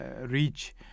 reach